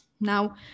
Now